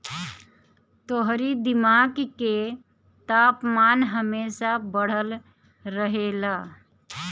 तोहरी दिमाग के तापमान हमेशा बढ़ल रहेला